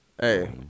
Hey